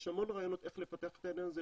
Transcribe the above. יש המון רעיונות איך לפתח את העניין הזה,